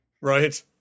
Right